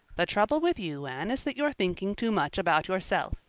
the trouble with you, anne, is that you're thinking too much about yourself.